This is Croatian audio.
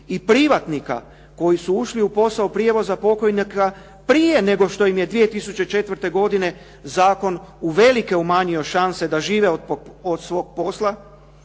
i privatnika koji su ušli u posao prijevoza pokojnika prije nego što im je 2004. godine zakon uvelike umanjio šanse da žive od svog posla,